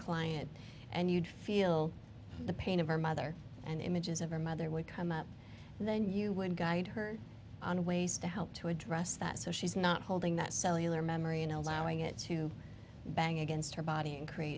client and you'd feel the pain of her mother and images of her mother would come up and then you would guide her on ways to help to address that so she's not holding that cellular memory and allowing it to bang against her body and create